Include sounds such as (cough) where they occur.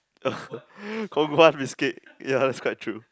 (laughs) Kong-Guan biscuit ya that's quite true